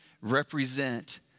represent